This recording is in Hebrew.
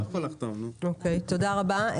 תודה רבה.